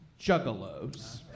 juggalos